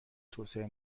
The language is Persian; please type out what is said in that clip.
توسعه